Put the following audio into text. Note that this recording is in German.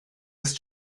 ist